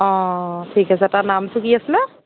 অ' ঠিক আছে তাৰ নামটো কি আছিলে